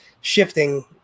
shifting